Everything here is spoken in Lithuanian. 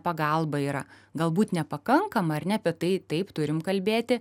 pagalba yra galbūt nepakankamai ar ne bet tai taip turim kalbėti